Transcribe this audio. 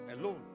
Alone